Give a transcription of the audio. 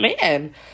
man